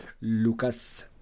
Lucas